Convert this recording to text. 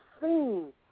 seen